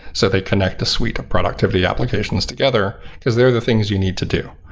so they connect the suite of product of the applications together, because they're the things you need to do.